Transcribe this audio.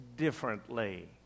differently